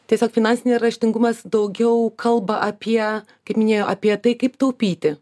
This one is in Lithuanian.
tiesiog finansinį raštingumas daugiau kalba apie kaip minėjau apie tai kaip taupyti